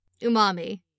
Umami